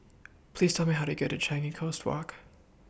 Please Tell Me How to get to Changi Coast Walk